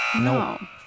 No